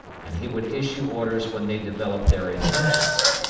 and he would issue orders when they developed their intentions.